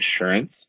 insurance